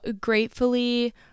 gratefully